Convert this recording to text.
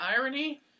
irony